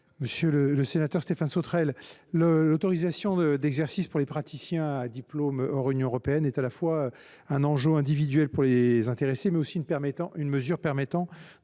Monsieur le sénateur Stéphane Sautarel, l’autorisation d’exercice pour les praticiens à diplôme hors Union européenne est à la fois un enjeu individuel pour les intéressés et une mesure permettant